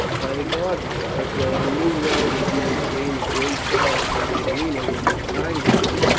by the gods, beric, though i knew well that you would gain a great triumph in the arena when your time came,